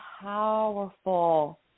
powerful